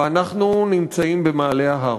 ואנחנו נמצאים במעלה ההר.